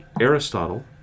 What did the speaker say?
Aristotle